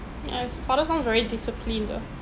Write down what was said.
yes father sounds very disciplined ah